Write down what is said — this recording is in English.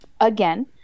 again